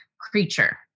creature